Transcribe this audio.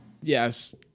Yes